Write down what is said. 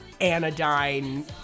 anodyne